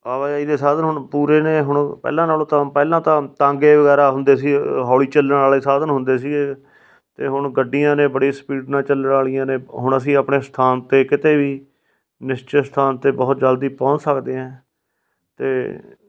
ਆਵਾਜਾਈ ਦੇ ਸਾਧਨ ਹੁਣ ਪੂਰੇ ਨੇ ਹੁਣ ਪਹਿਲਾਂ ਨਾਲੋਂ ਤਾਂ ਪਹਿਲਾਂ ਤਾਂ ਤਾਂਗੇ ਵਗੈਰਾ ਹੁੰਦੇ ਸੀ ਹੌਲੀ ਚੱਲਣ ਵਾਲੇ ਸਾਧਨ ਹੁੰਦੇ ਸੀਗੇ ਅਤੇ ਹੁਣ ਗੱਡੀਆਂ ਨੇ ਬੜੀ ਸਪੀਡ ਨਾਲ ਚੱਲਣ ਵਾਲੀਆਂ ਨੇ ਹੁਣ ਅਸੀਂ ਆਪਣੇ ਸਥਾਨ 'ਤੇ ਕਿਤੇ ਵੀ ਨਿਸ਼ਚਿਤ ਸਥਾਨ 'ਤੇ ਬਹੁਤ ਜਲਦੀ ਪਹੁੰਚ ਸਕਦੇ ਐਂ ਅਤੇ